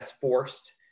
forced